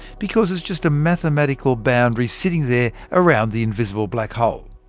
because it's just a mathematical boundary sitting there around the invisible black hole.